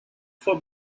for